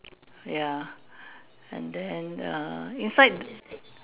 ya and then err inside